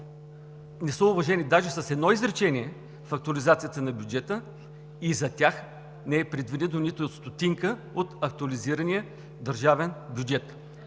не са уважени даже с едно изречение в актуализацията на бюджета и за тях не е предвидена нито стотинка от актуализирания държавен бюджет.